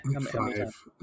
Five